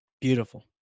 beautiful